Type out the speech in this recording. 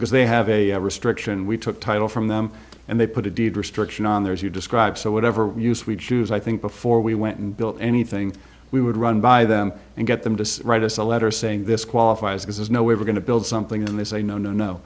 because they have a restriction we took title from them and they put a deed restriction on there as you describe so whatever use we choose i think before we went and built anything we would run by them and get them to write us a letter saying this qualifies because there's no way we're going to build something and they say no no no